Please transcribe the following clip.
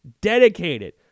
dedicated